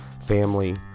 family